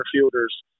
fielders